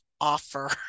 offer